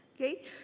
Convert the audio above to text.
Okay